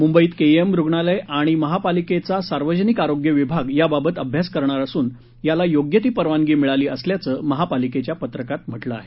मुंबईत केईएम रुग्णालय आणि महापालिकेचा सार्वजनिक आरोग्य विभाग या बाबात अभ्यास करणार असून याला योग्य ती परवानगी मिळाली असल्याचं महापालिकेच्या पत्रकात म्हटलं आहे